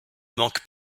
manque